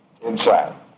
inside